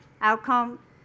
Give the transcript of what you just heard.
outcome